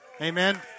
Amen